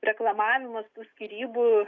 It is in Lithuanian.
reklamavimas tų skyrybų